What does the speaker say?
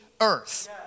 earth